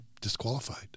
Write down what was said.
disqualified